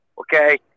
Okay